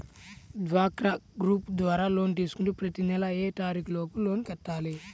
డ్వాక్రా గ్రూప్ ద్వారా లోన్ తీసుకుంటే ప్రతి నెల ఏ తారీకు లోపు లోన్ కట్టాలి?